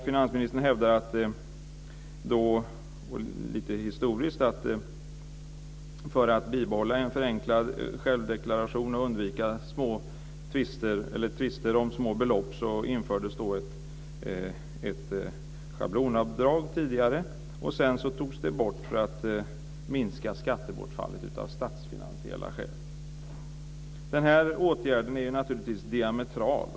Finansministern hävdar lite historiskt att ett schablonavdrag infördes tidigare för att man skulle kunna bibehålla en förenklad självdeklaration och undvika tvister om små belopp. Sedan togs det bort av statsfinansiella skäl, för att man skulle minska skattebortfallet. Den här åtgärden är naturligtvis diametral.